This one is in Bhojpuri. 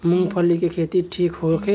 मूँगफली के खेती ठीक होखे?